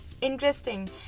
Interesting